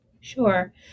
Sure